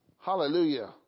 Hallelujah